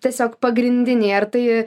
tiesiog pagrindiniai ar tai